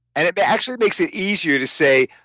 and it but actually makes it easier to say,